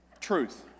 Truth